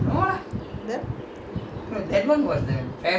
you got the group of all those turf club people go with you right